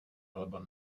alba